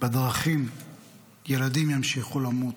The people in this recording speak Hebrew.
בדרכים ילדים ימשיכו למות,